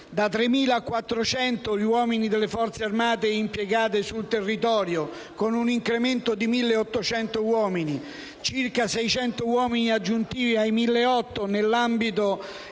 3.400 uomini delle Forze armate impiegati sul territorio, con un incremento di 1.800 uomini. Circa 600 uomini aggiuntivi ai 1.800 nell'ambito